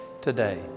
today